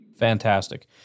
fantastic